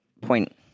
point